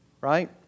Right